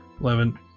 eleven